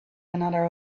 another